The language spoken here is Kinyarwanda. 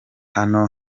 hano